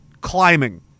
climbing